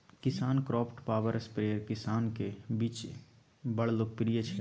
KisanKraft power sprayer किसानक बीच बड़ लोकप्रिय छै